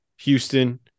Houston